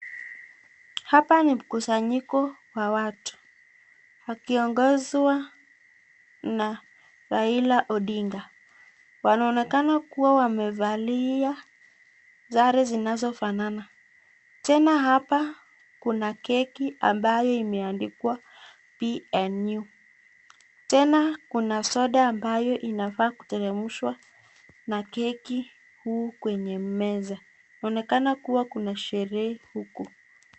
Hapa ni mkusanyiko wa watu akiongozwa na Raila Odinga. Wanaonekana kuwa wamevaa sare zinazofanana. Tena hapa kuna keki ambayo imeandikwa PNU. Tena kuna soda ambayo inafaa kuteremshwa na keki huu kwenye meza. Inaonekana kuwa kuna sherehe huku.